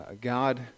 God